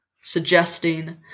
suggesting